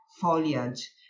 foliage